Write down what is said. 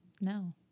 no